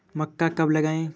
मक्का कब लगाएँ?